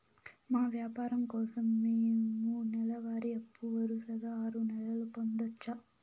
మా వ్యాపారం కోసం మేము నెల వారి అప్పు వరుసగా ఆరు నెలలు పొందొచ్చా?